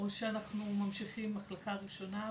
או שאנחנו ממשיכים מחלקה ראשונה?